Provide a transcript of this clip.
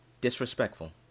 disrespectful